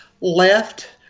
left